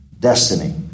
destiny